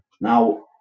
Now